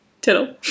Tittle